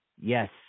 Yes